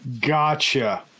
Gotcha